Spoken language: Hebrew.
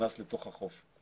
שנכנס לתוך החוף.